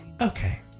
Okay